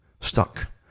Stuck